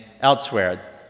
elsewhere